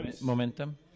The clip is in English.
Momentum